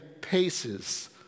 paces